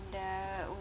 uh